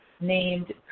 named